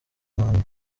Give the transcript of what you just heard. muhango